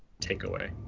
takeaway